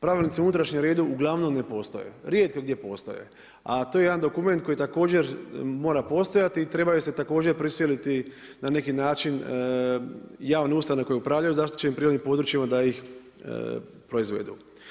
Pravilnici o unutrašnjem redu uglavnom ne postoje, rijetko gdje postoje, a to je jedan dokument koji također mora postojati i trebaju se također prisiliti na neki način javne ustanove koje upravljaju zaštićenim prirodnim područjima da ih proizvedu.